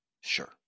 Sure